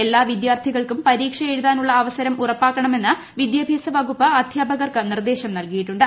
എല്ലാ വിദ്യാർത്ഥികൾക്കും പരീക്ഷ എഴുതാനുള്ള അവസരം ഉറപ്പാക്കണമെന്ന് വിദ്യാഭ്യാസവകുപ്പ് അധ്യാപകർക്ക് നിർദേശം നൽകിയിട്ടുണ്ട്